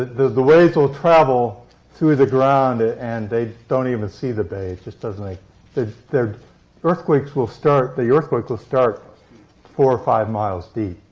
the the waves will travel through the ground, and they don't even see the bay. it just doesn't like the the earthquakes will start the earthquake will start four or five miles deep.